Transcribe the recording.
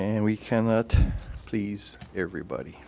and we cannot please everybody